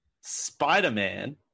spider-man